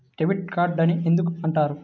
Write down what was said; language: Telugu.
డెబిట్ కార్డు అని ఎందుకు అంటారు?